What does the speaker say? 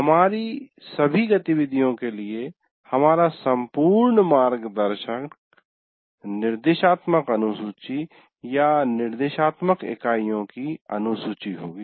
हमारी सभी गतिविधियों के लिए हमारा संपूर्ण मार्गदर्शक निर्देशात्मक अनुसूची या निर्देशात्मक इकाइयों की अनुसूची होगी